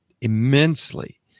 immensely